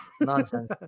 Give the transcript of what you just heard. nonsense